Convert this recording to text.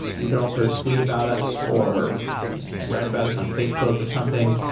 you can also tweet about us, or write about us on facebook or something.